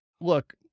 look